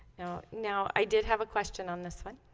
now i did have a question on this one